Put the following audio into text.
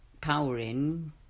powering